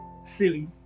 silly